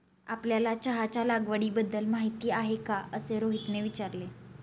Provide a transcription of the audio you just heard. आपल्याला चहाच्या लागवडीबद्दल माहीती आहे का असे रोहितने विचारले?